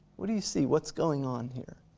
what do you see, what's going on here?